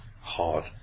hard